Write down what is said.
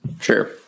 Sure